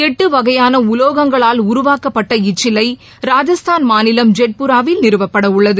எட்டு வகையான உலோகங்களால் உருவாக்கப்பட்ட இச்சிலை ராஜஸ்தான் மாநிலம் ஜெட்புராவில் நிறுவப்பட உள்ளது